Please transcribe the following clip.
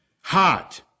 Hot